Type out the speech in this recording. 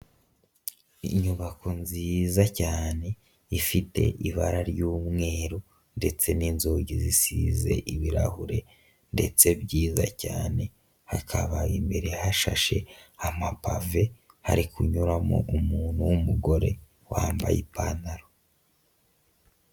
Inyubako nziza cyane ifite ibara ry'umweru ndetse n'inzugi zisize ibirahure ndetse byiza cyane, hakaba ho imbere hashashe amapave hari kunyuramo umuntu w'umugore wambaye ipantaro.